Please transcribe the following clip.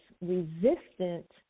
resistant